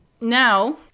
now